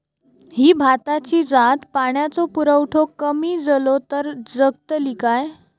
ही भाताची जात पाण्याचो पुरवठो कमी जलो तर जगतली काय?